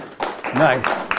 Nice